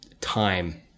time